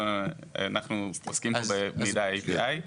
אנחנו עוסקים פה במידע API,